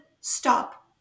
stop